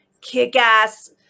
kick-ass